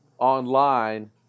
online